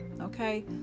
okay